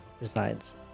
resides